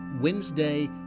Wednesday